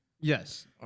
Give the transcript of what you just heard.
Yes